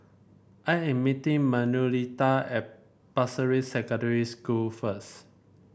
I am meeting Manuelita at Pasir Ris Secondary School first